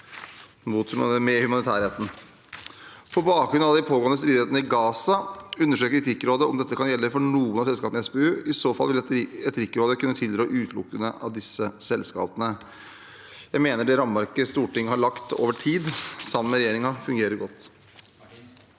På bakgrunn av de pågående stridighetene i Gaza undersøker Etikkrådet om dette kan gjelde for noen av selskapene i SPU. I så fall vil Etikkrådet kunne tilrå utelukkelse av disse selskapene. Jeg mener det rammeverket som Stortinget over tid har lagt sammen med regjeringen, fungerer godt.